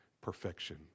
perfection